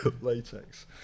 latex